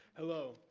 hello,